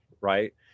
Right